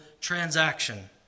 transaction